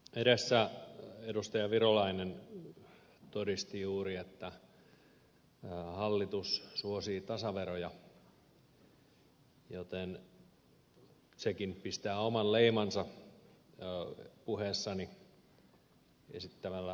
edessä edustaja virolainen todisti juuri että hallitus suosii tasaveroja joten sekin pistää oman leimansa puheessani esittämälleni uskottavuudelle mitä hallituspuolueisiin tulee